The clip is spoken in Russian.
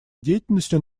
деятельностью